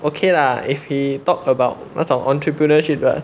okay lah if he talked about 那种 entrepreneurship 的